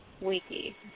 wiki